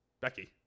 Becky